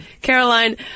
Caroline